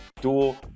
dual